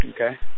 Okay